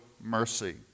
mercy